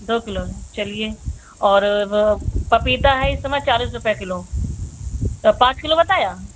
दो किलो चलिए और वा पपीता है इस समय चालीस रुपये किलो तो पाँच किलो बताया